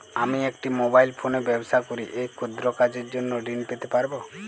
আমি একটি মোবাইল ফোনে ব্যবসা করি এই ক্ষুদ্র কাজের জন্য ঋণ পেতে পারব?